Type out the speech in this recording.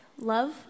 love